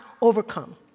overcome